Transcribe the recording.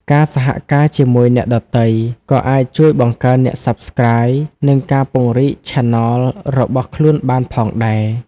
ការសហការជាមួយអ្នកដទៃក៏អាចជួយបង្កើនអ្នក Subscribe និងការពង្រីក Channel របស់ខ្លួនបានផងដែរ។